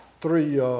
three